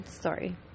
sorry